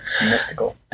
Mystical